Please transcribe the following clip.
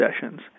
sessions